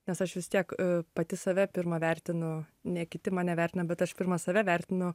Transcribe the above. nes aš vis tiek pati save pirma vertinu ne kiti mane vertina bet aš pirma save vertinu